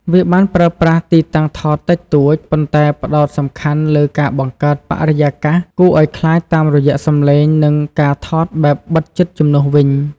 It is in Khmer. វាបានប្រើប្រាស់ទីតាំងថតតិចតួច ប៉ុន្តែផ្តោតសំខាន់លើការបង្កើតបរិយាកាសគួរឲ្យខ្លាចតាមរយៈសំឡេង និងការថតបែបបិទជិតជំនួសវិញ។